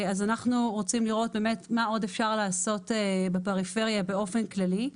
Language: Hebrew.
אז אנחנו רוצים לראות מה עוד אפשר לעשות בפריפריה באופן כללי.